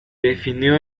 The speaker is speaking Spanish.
definió